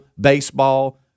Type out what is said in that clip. baseball